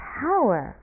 power